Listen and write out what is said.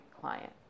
client